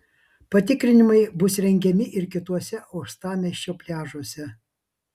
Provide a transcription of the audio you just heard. patikrinimai bus rengiami ir kituose uostamiesčio pliažuose